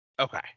Okay